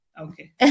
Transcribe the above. Okay